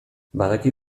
badaki